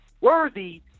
worthy